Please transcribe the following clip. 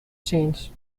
change